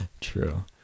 True